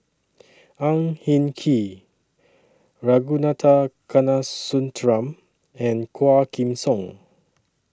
Ang Hin Kee Ragunathar Kanagasuntheram and Quah Kim Song